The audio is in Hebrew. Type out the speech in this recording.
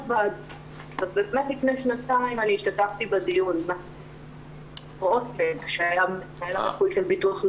לפני שנתיים השתתפתי בדיון --- של ביטוח לאומי.